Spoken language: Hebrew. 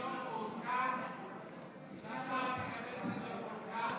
אפשר לקבל סדר-יום מעודכן?